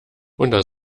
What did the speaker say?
unter